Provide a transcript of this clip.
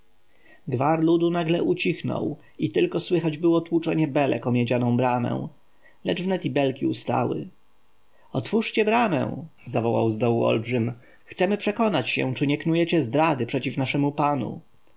gwar ludu nagle ucichnął i tylko słychać było tłuczenie belek o miedzianą bramę lecz wnet i belki ustały otwórzcie bramę zawołał zdołu olbrzym chcemy przekonać się czy nie knujecie zdrady przeciw naszemu panu